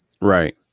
Right